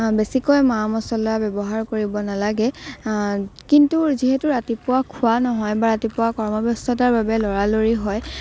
বেছিকৈ মা মছলা ব্যৱহাৰ কৰিব নালাগে কিন্তু যিহেতু ৰাতিপুৱা খোৱা নহয় বা ৰাতিপুৱা কৰ্ম ব্যস্ততাৰ বাবে লৰালৰি হয়